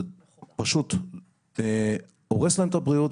זה פשוט הורס להם את הבריאות.